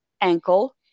ankle